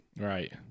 Right